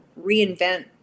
reinvent